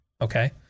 Okay